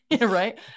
right